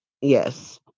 yes